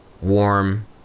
warm